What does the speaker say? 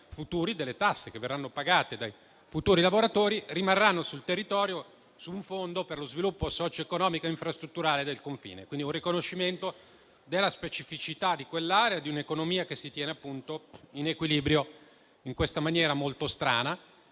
delle tasse che verrà pagato dai futuri lavoratori rimarrà sul territorio, su un fondo per lo sviluppo socio-economico e infrastrutturale del confine. È un riconoscimento della specificità di quell'area e di un'economia che si tiene in equilibrio in maniera molto